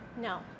no